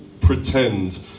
pretend